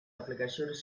aplicacions